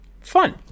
fun